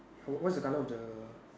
hold what is the color of the